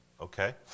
okay